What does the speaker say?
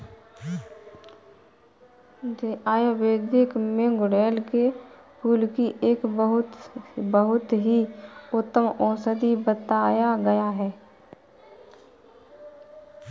आयुर्वेद में गुड़हल के फूल को एक बहुत ही उत्तम औषधि बताया गया है